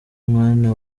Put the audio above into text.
mwana